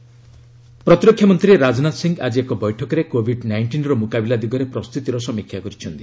Rajnath covid ପ୍ରତିରକ୍ଷା ମନ୍ତ୍ରୀ ରାଜନାଥ ସିଂହ ଆଜି ଏକ ବୈଠକରେ କୋଭିଡ୍ ନାଇଷ୍ଟିନ୍ର ମୁକାବିଲା ଦିଗରେ ପ୍ରସ୍ତୁତିର ସମୀକ୍ଷା କରିଛନ୍ତି